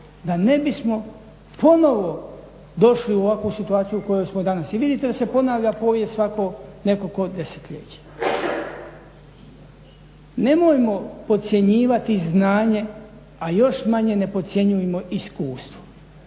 da ne bismo ponovo došli u ovakvu situaciju u kojoj smo danas i vidite da se ponavlja povijest svako nekoliko desetljeća. Nemojmo podcjenjivati znanje, a još manje ne podcjenjujmo iskustvo.